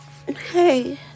hey